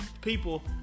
people